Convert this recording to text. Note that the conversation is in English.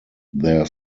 their